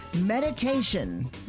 meditation